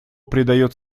придает